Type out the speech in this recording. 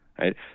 Right